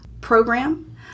program